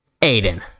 Aiden